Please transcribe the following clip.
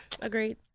agreed